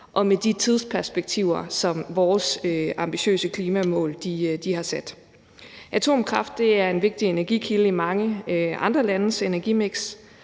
og med de tidsperspektiver, som med vores ambitiøse klimamål er sat op. Atomkraft er en vigtig energikilde i mange andre landes energimiks,